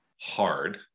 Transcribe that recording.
hard